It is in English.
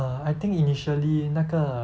err I think initially 那个